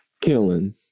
Killing